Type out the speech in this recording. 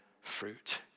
fruit